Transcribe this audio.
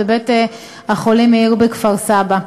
בבית-החולים מאיר בכפר-סבא.